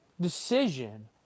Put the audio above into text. decision